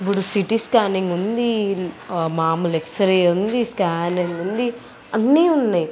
ఇప్పుడు CT scanning ఉంది మామూలు ఎక్స్ రే ఉంది స్కానింగ్ ఉంది అన్నీ ఉన్నాయి